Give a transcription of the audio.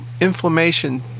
inflammation